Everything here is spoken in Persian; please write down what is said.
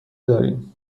داریم